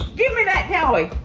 gimme that toy.